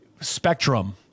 spectrum